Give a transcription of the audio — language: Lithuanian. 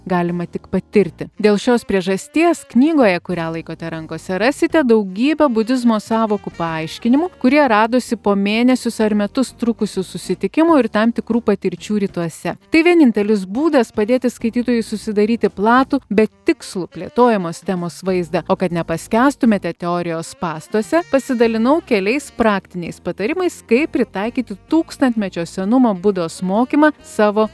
galima tik patirti dėl šios priežasties knygoje kurią laikote rankose rasite daugybę budizmo sąvokų paaiškinimų kurie radosi po mėnesius ar metus trukusių susitikimų ir tam tikrų patirčių rytuose tai vienintelis būdas padėti skaitytojui susidaryti platų bet tikslų plėtojamos temos vaizdą o kad nepaskęstumėte teorijos spąstuose pasidalinau keliais praktiniais patarimais kaip pritaikyti tūkstantmečio senumo budos mokymą savo